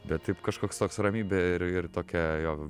bet taip kažkoks toks ramybė ir ir tokia jo